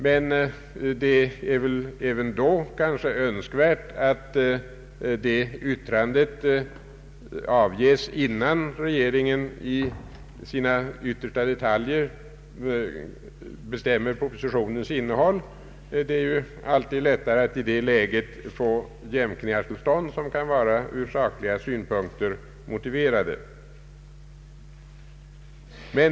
Men det är även då önskvärt att det yttrandet avges innan regeringen i sina yttersta detaljer bestämmer propositionens innehåll. Det är ju alltid lättare att i det läget få jämkningar till stånd, som från sakliga synpunkter kan vara motiverade.